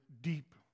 deep